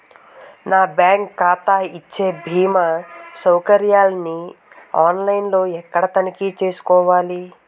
నా బ్యాంకు ఖాతా ఇచ్చే భీమా సౌకర్యాన్ని ఆన్ లైన్ లో ఎక్కడ తనిఖీ చేసుకోవాలి?